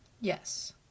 Yes